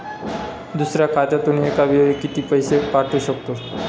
दुसऱ्या खात्यात एका वेळी किती पैसे पाठवू शकतो?